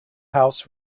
house